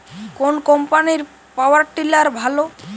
কোন কম্পানির power tiller ভালো?